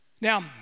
Now